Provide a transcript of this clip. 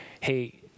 hey